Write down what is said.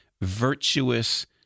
virtuous